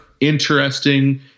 interesting